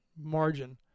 margin